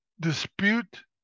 Dispute